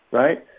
right?